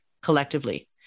collectively